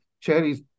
cherries